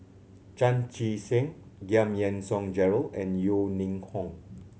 Chan Chee Seng Giam Yean Song Gerald and Yeo Ning Hong